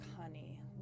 honey